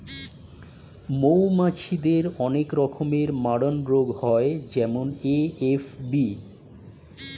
মৌমাছিদের অনেক রকমের মারণরোগ হয় যেমন এ.এফ.বি